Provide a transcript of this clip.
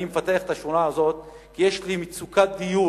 אני מפתח את השכונה הזאת, כי יש לי מצוקת דיור.